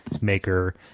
maker